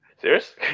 Serious